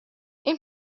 این